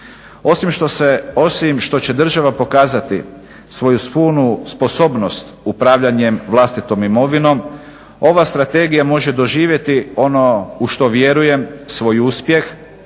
osim što će država pokazati svoju punu sposobnost upravljanjem vlastitom imovinom, ova strategija može doživjeti ono u što vjerujem, svoj uspjeh